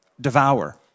devour